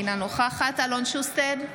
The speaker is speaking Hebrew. אינה נוכחת אלון שוסטר,